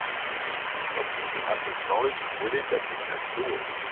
peace is something we have the knowledge with it, that we can do it.